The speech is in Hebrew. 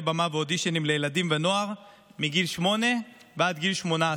במה ואודישנים לילדים ונוער מגיל שמונה ועד גיל 18